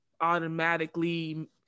automatically